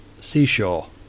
seashore